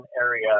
area